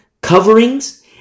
coverings